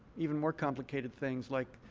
even more complicated things like